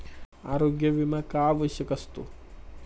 आरोग्य विमा का आवश्यक असतो?